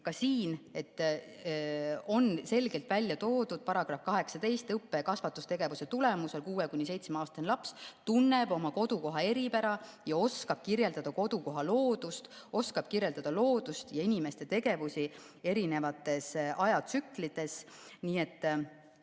Ka siin on selgelt välja toodud § 18: õppe‑ ja kasvatustegevuse tulemusel 6–7‑aastane laps tunneb oma kodukoha eripära ja oskab kirjeldada kodukoha loodust, oskab kirjeldada loodust ja inimeste tegevusi erinevates ajatsüklites. Nii et